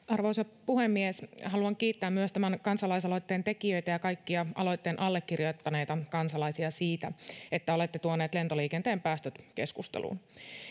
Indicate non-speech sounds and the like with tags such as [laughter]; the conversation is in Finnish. [unintelligible] arvoisa puhemies haluan kiittää myös tämän kansalaisaloitteen tekijöitä ja kaikkia aloitteen allekirjoittaneita kansalaisia siitä että olette tuoneet lentoliikenteen päästöt keskusteluun